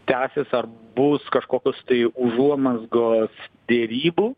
tęsis ar bus kažkokios tai užuomazgos derybų